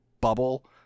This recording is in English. bubble